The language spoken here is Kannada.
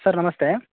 ಸರ್ ನಮಸ್ತೆ